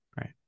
right